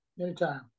anytime